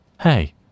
Hey